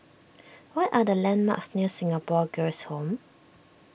what are the landmarks near Singapore Girls' Home